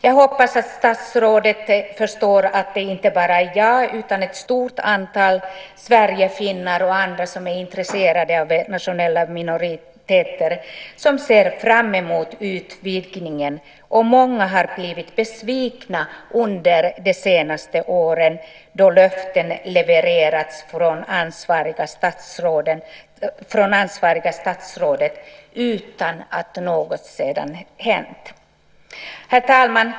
Jag hoppas att statsrådet förstår att det inte bara är jag utan ett stort antal sverigefinnar och andra som är intresserade av de nationella minoriteterna som ser fram emot utvidgningen. Många har blivit besvikna under de senaste åren då löften levererats från ansvarigt statsråd utan att något sedan hänt. Herr talman!